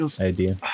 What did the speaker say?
idea